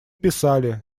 писали